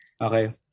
Okay